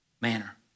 manner